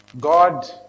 God